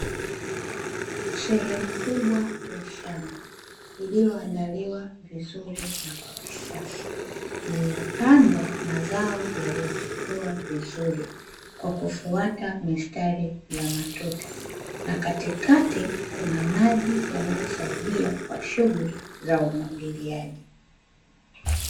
Sehemu kubwa ya shamba lililoandaliwa vizuri na kwa kisasa, lililopandwa mazao yaliyo chipua vizuri kwa kufuata mistari ya matuta, na katikati kuna maji yanayosaidia kwa shughuli za umwagiliaji.